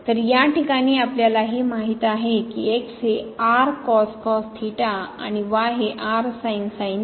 तर या ठिकाणी आपल्याला हे माहित आहे की हे आणि y हे आहे